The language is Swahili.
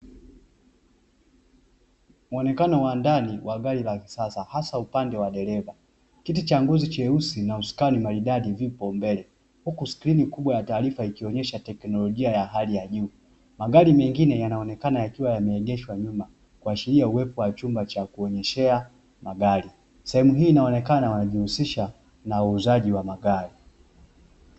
mwonekano wa ndani wa gari la kisasa hasa upande wa dereva, kiti cha ngozi cheusi na usukani maridadi upo mbele, huku sekreeni kubwa ikionyesha teknolojia ya halki ya juu, magari mengine yakioneona yameegeshwa nyuma kuashiria uwepo wa chumba cha kuonyesea magari, sehemu hii inaonekana inajihusisha na uuzaji wa magari .